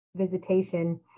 visitation